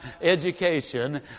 education